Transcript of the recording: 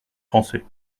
français